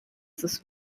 sus